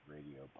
Radio